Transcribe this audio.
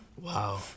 Wow